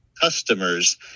customers